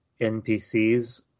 NPCs